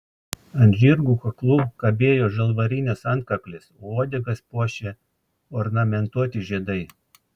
ant žirgų kaklų kabėjo žalvarinės antkaklės o uodegas puošė ornamentuoti žiedai